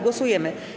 Głosujemy.